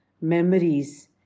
memories